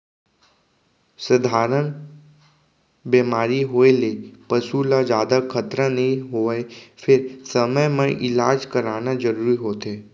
सधारन बेमारी होए ले पसू ल जादा खतरा नइ होवय फेर समे म इलाज कराना जरूरी होथे